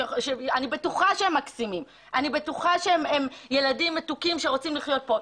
שאני בטוחה שהם מקסימים ואני בטוחה שהם ילדים מתוקים שרוצים לחיות פה.